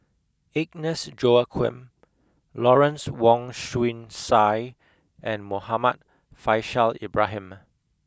Agnes Joaquim Lawrence Wong Shyun Tsai and Muhammad Faishal Ibrahim